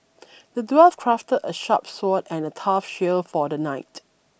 the dwarf crafted a sharp sword and a tough shield for the knight